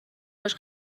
هاش